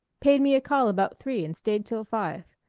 paid me a call about three and stayed till five.